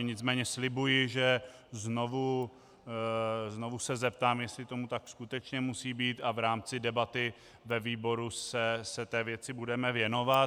Nicméně slibuji, že se znovu zeptám, jestli tomu tak skutečně musí být, a v rámci debaty ve výboru se té věci budeme věnovat.